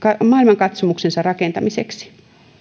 maailmankatsomuksensa rakentamiseksi